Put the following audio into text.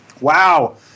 Wow